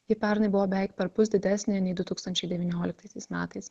ji pernai buvo beik perpus didesnė nei du tūkstančiai devynioliktaisiais metais